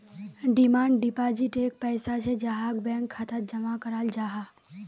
demand deposit एक पैसा छे जहाक बैंक खातात जमा कराल जाहा